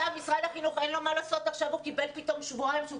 משרד החינוך קיבל עכשיו שבועיים כשהוא